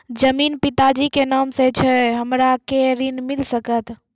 जमीन पिता जी के नाम से छै हमरा के ऋण मिल सकत?